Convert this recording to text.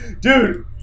dude